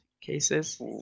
cases